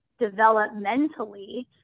developmentally